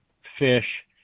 fish